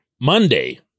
Monday